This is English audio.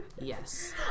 Yes